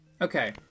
Okay